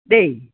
দেই